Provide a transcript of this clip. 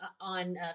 on